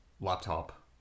laptop